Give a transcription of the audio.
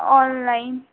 online